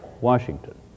Washington